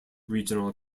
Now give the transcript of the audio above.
regional